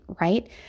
right